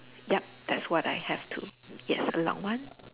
yup that's what I have to yes a long one